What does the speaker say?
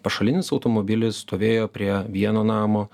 pašalinis automobilis stovėjo prie vieno namo